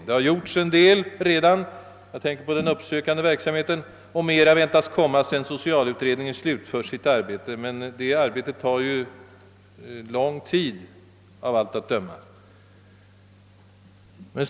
Det har gjorts en del redan — jag tänker på den uppsökande verksamheten — och mera väntas bli genomfört när socialutredningen slutfört sitt arbete. Men det arbetet kommer ju av allt att döma att ta lång tid.